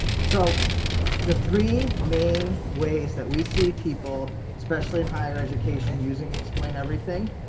so the three main ways that we see people, especially in higher education using explain everything.